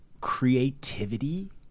creativity